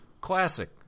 Classic